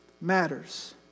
matters